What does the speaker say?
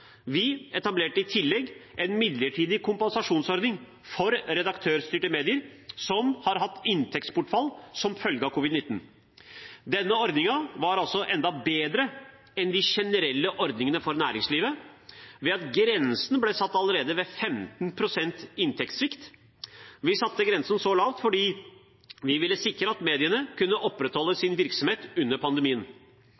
Vi etablerte i tillegg en midlertidig kompensasjonsordning for redaktørstyrte medier som har hatt inntektsbortfall som følge av covid-19. Denne ordningen var enda bedre enn de generelle ordningene for næringslivet ved at grensen ble satt allerede ved 15 pst. inntektssvikt. Vi satte grensen så lavt fordi vi ville sikre at mediene kunne opprettholde